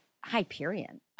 Hyperion